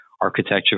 architecture